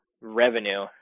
revenue